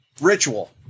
Ritual